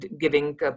giving